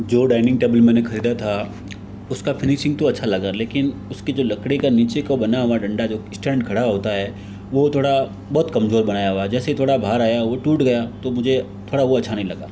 जो dining table मैंने खरीदा था उसका फ़िनिशिंग तो अच्छा लगा लेकिन उसकी जो लकड़ी का नीचे का बना हुआ डंडा जो स्टैंड खड़ा होता है वो थोड़ा कमज़ोर बनाया हुआ है जैसे ही बाहर आया टूट गया तो मुझे थोड़ा वो अच्छा नहीं लगा